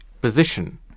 position